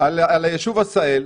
על היישוב עשהאל,